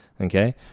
Okay